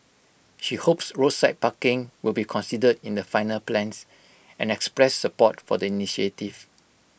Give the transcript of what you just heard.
she hopes roadside parking will be considered in the final plans and expressed support for the initiative